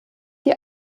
die